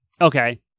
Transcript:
Okay